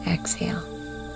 Exhale